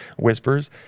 Whispers